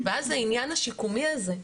ואז העניין השיקומי הזה,